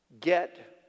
get